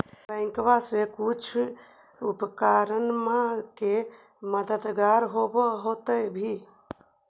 बैंकबा से कुछ उपकरणमा के मददगार होब होतै भी?